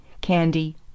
candy